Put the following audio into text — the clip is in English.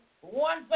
one